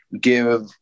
give